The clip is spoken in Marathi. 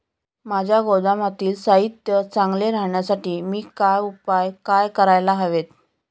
माझ्या गोदामातील साहित्य चांगले राहण्यासाठी मी काय उपाय काय करायला हवेत?